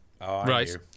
Right